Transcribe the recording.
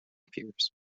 peers